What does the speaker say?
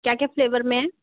क्या क्या फ्लेवर में है